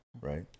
right